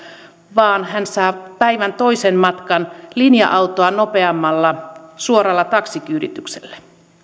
vaan hän saa päivän toisen matkan linja autoa nopeammalla suoralla taksikyydityksellä